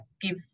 give